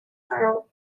харав